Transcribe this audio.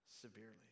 severely